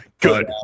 good